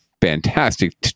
fantastic